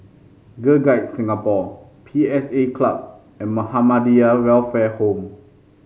Girl Guides Singapore P S A Club and Muhammadiyah Welfare Home